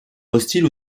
hostile